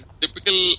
typical